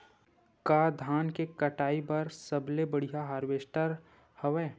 का धान के कटाई बर सबले बढ़िया हारवेस्टर हवय?